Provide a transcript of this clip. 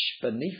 beneath